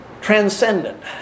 transcendent